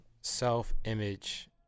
self-image